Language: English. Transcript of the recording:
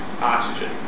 oxygen